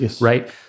right